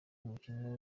umukino